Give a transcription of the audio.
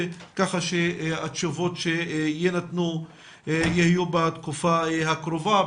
כך שהתשובות שיינתנו יהיו בתקופה הקרובה,